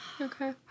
Okay